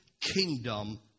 kingdom